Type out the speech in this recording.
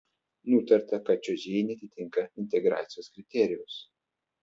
nutarta kad čiuožėja neatitinka integracijos kriterijaus